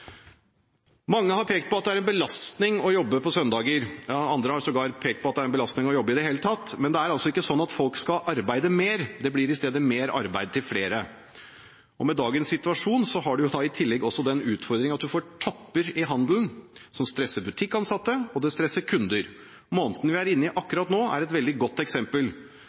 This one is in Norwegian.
Mange har pekt på at det er en belastning å jobbe på søndager, andre har sågar pekt på at det er en belastning å jobbe i det hele tatt. Det er ikke slik at folk skal arbeide mer, det blir i stedet mer arbeid til flere. Med dagens situasjon har man i tillegg den utfordringen at man får topper i handelen som stresser butikkansatte og kunder. Måneden vi er inne i akkurat nå, er et veldig godt eksempel.